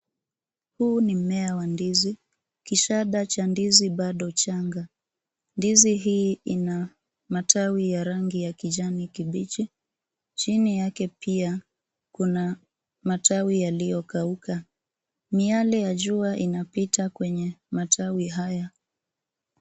Huu ni mmea wa ndizi, kishada cha ndizi bado changa, ndizi hii ina matawi ya rangi ya kijani kibichi, chini yake pika kuna matawi yaliyo kauka. Miale ya jua inapita kwenye matawi haya.